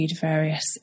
various